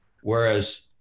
Whereas